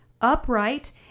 upright